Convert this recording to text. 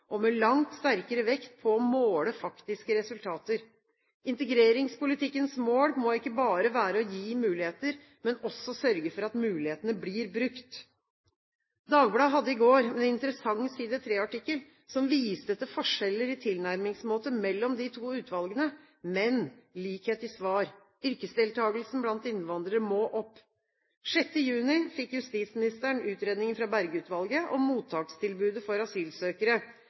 og med langt sterkere vekt på å måle faktiske resultater. Integreringspolitikkens mål må ikke bare være å gi muligheter, men også å sørge for at mulighetene blir brukt. Dagbladet hadde i går en interessant Side 3-artikkel som viste til forskjeller i tilnærmingsmåte mellom de to utvalgene, men likhet i svar – yrkesdeltakelsen blant innvandrere må opp. 6. juni fikk justisministeren utredningen fra Berge-utvalget om mottakstilbudet for asylsøkere